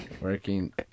Working